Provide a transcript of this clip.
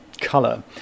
color